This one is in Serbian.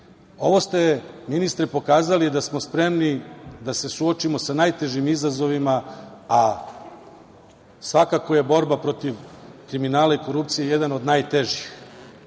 ste, ministre, pokazali da smo spremni da se suočimo sa najtežim izazovima, a svakako je borba protiv kriminala i korupcije jedan od najtežih.